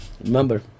Remember